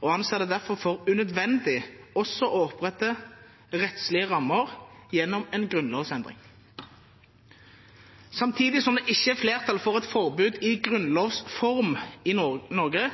og at det derfor er unødvendig å opprette rettslige rammer gjennom en grunnlovsendring». Samtidig som det ikke er flertall for et forbud i grunnlovs form i Norge,